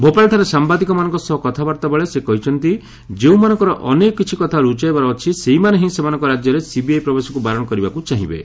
ଭୋପାଳ୍ଠାରେ ସାୟାଦିକମାନଙ୍କ ସହ କଥାବାର୍ତ୍ତାବେଳେ ସେ କହିଛନ୍ତି ଯେଉଁମାନଙ୍କର ଅନେକ କିଛି କଥା ଲୁଚାଇବାର ଅଛି ସେହିମାନେ ହିଁ ସେମାନଙ୍କ ରାଜ୍ୟରେ ସିବିଆଇ ପ୍ରବେଶକୁ ବାରଣ କରିବାକୁ ଚାହିଁବେ